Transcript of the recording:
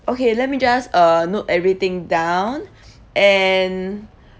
okay let me just uh note everything down and